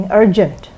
urgent